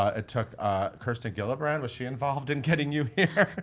ah took ah kirsten gillibrand was she involved in getting you here?